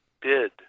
bid